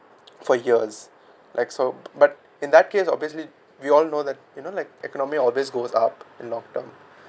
for years like so but in that case we're basically we all know like you know like economy all this goes up and locked down